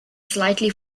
slightly